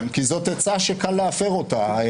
כן, כי זאת עצה שקל להפר אותה.